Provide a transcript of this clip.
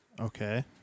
Okay